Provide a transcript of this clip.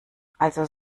also